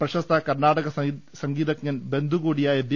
പ്രശസ്ത കർണാടക സംഗീതജ്ഞൻ ബന്ധുകൂടിയായ ബി